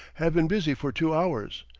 have been busy for two hours,